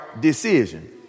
decision